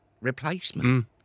replacement